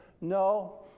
no